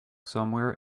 somewhere